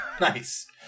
Nice